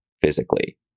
physically